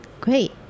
Great